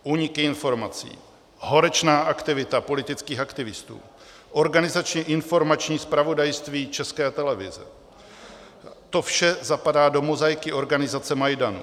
Úniky informací, horečná aktivita politických aktivistů, organizačně informační zpravodajství České televize, to vše zapadá do mozaiky organizace Majdan.